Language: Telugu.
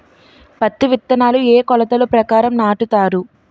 పత్తి విత్తనాలు ఏ ఏ కొలతల ప్రకారం నాటుతారు?